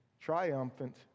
triumphant